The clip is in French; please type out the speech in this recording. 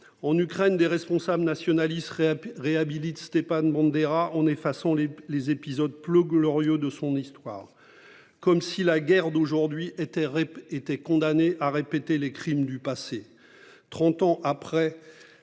en Ukraine des responsables. Il serait. Réhabilite Stepan Banderas en effaçant les les épisodes plots glorieux de son histoire. Comme si la guerre d'aujourd'hui était était condamnés à répéter les crimes du passé.